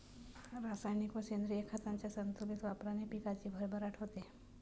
रासायनिक व सेंद्रिय खतांच्या संतुलित वापराने पिकाची भरभराट होते